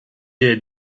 est